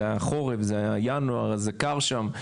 זה היה חורף, זה היה ינואר, אז קר שם.